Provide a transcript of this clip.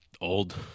Old